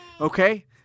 Okay